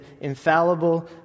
infallible